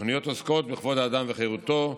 התוכניות עוסקות בכבוד האדם וחירותו,